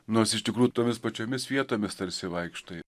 nors iš tikrųjų tomis pačiomis vietomis tarsi vaikštai